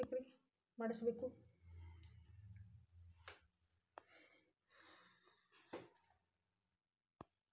Account ಯಾಕ್ ಮಾಡಿಸಬೇಕು?